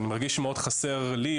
אני מרגיש שמאוד חסרה לי,